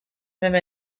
même